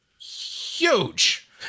huge